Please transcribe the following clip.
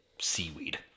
seaweed